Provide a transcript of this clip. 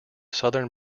southern